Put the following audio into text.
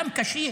אדם קשיש,